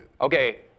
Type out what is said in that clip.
Okay